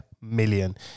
million